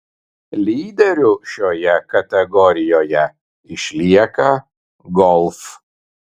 lyderiu šioje kategorijoje išlieka golf